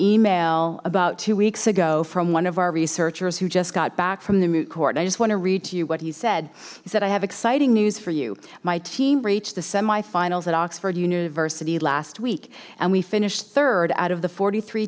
email about two weeks ago from one of our researchers who just got back from the moot court i just want to read to you what he said he said i have exciting news for you my team reached the semifinals at oxford university last week and we finished third out of the forty three